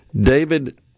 David